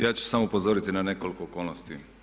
Ja ću samo upozoriti na nekoliko okolnosti.